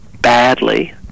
badly